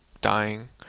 dying